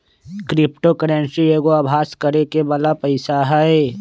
crypto currency एगो अभास करेके बला पइसा हइ